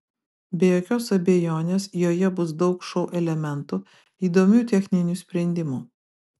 be jokios abejonės joje bus daug šou elementų įdomių techninių sprendimų